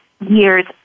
year's